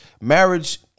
marriage